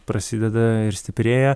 prasideda ir stiprėja